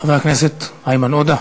חבר הכנסת איימן עודה.